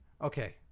Okay